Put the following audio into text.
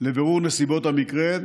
לבירור נסיבות המקרה,